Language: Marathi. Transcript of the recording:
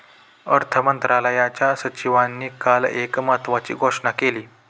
अर्थमंत्र्यांच्या सचिवांनी काल एक महत्त्वाची घोषणा केली